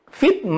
fit